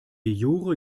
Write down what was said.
jure